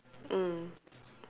mm